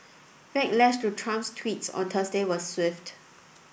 backlash to Trump's tweets on Thursday was swift